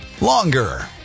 longer